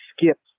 skip